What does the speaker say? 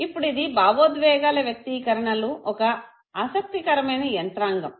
ఇప్పుడు ఇది భావోద్వేగాల వ్యక్తీకరణలు ఒక ఆసక్తికరమైన యంత్రాంగం